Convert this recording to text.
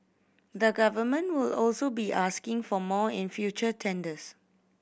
the Government will also be asking for more in future tenders